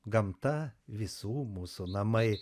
gamta visų mūsų namai